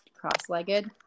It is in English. cross-legged